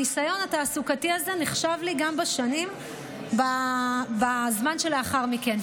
הניסיון התעסוקתי הזה נחשב לי גם בזמן שלאחר מכן.